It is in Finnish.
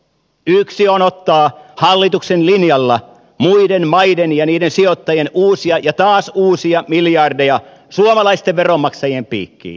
yksi on ottaa hallituksen linjalla muiden maiden ja niiden sijoittajien uusia ja taas uusia miljardeja suomalaisten veronmaksajien piikkiin